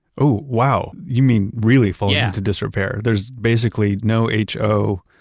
oh wow. you mean really falling into disrepair. there's basically no h, o,